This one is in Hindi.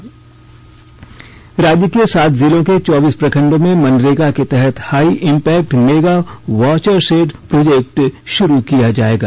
वाटर शेड प्रोजेक्ट राज्य के सात जिलों के चौबीस प्रखंडों में मनरेगा के तहत high impact mega watershed project शुरू किया जाएगा